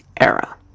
era